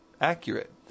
accurate